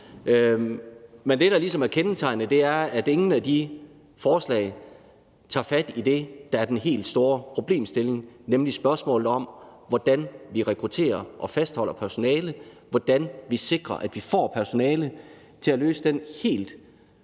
men det, der ligesom er kendetegnende, er, at ingen af de forslag tager fat i det, der er den helt store problemstilling, nemlig spørgsmålet om, hvordan vi rekrutterer og fastholder personale, hvordan vi sikrer, at vi får personale til at løse den helt